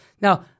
Now